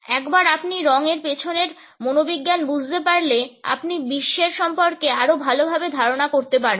একবার আপনি রঙের পিছনের মনোবিজ্ঞান বুঝতে পারলে আপনি বিশ্বের সম্পর্কে আরো ভালোভাবে ধারণা গঠন করতে পারবেন